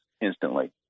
instantly